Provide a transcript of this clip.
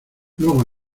luego